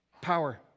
power